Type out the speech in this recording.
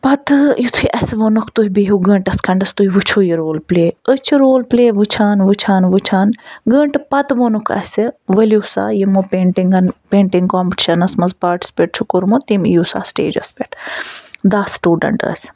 پَتہٕ یُتھٕے اسہِ ووٚنُکھ تُہۍ بِہیٛو گھٲنٛٹَس کھنٛڈَس تُہۍ وُچھُو یہِ رول پٕلے أسۍ چھِ رول پٕلے وُچھان وُچھان وُچھان گھٲنٛٹہٕ پَتہٕ ووٚنکھ اسہِ ؤلیٛو سا یِمو پینٹِنٛگَن پینٹِنٛگ کۄمپِٹِشَنَس منٛز پارٹِسپیٹ چھُ کوٚرمُت تِم یِیُو سا سِٹیجَس پٮ۪ٹھ دَہ سُٹوٗڈَنٛٹ ٲسۍ